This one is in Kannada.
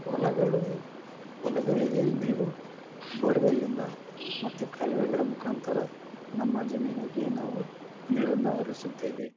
ಹೊಲಗಳು ಹೊಲಗಳಿಗೆ ನೀರು ಬೋರ್ವೆಲ್ಲಿಂದ ಮತ್ತು ಕಾಲುವೆಗಳ ಮುಖಾಂತರ ನಮ್ಮ ಜಮೀನಿಗೆ ನಾವು ನೀರನ್ನು ಹರಿಸುತ್ತೇವೆ